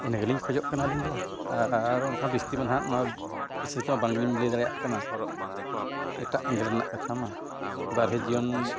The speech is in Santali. ᱤᱱᱟᱹ ᱜᱮᱞᱤᱧ ᱠᱷᱚᱡᱚᱜ ᱠᱟᱱᱟ ᱟᱹᱞᱤᱧ ᱫᱚ ᱟᱨ ᱚᱱᱠᱟ ᱵᱤᱥᱛᱤ ᱢᱟ ᱦᱟᱸᱜ ᱱᱚᱣᱟ ᱵᱤᱥᱚᱭ ᱛᱮ ᱵᱟᱝᱞᱤᱧ ᱞᱟᱹᱭ ᱫᱟᱲᱮᱭᱟᱜ ᱠᱟᱱᱟ ᱮᱴᱟᱜ ᱮᱸᱜᱮᱞ ᱨᱮᱱᱟᱜ ᱠᱟᱛᱷᱟ ᱢᱟ ᱵᱟᱨᱦᱮ ᱡᱤᱭᱚᱱ